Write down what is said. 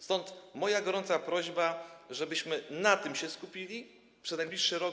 Stąd moja gorąca prośba, żebyśmy na tym się skupili przez najbliższy rok.